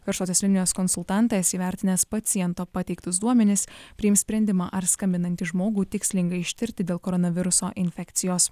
karštosios linijos konsultantas įvertinęs paciento pateiktus duomenis priims sprendimą ar skambinantį žmogų tikslinga ištirti dėl koronaviruso infekcijos